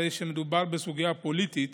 הרי שמדובר בסוגיה פוליטית